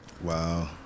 Wow